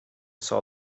saw